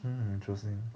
mm interesting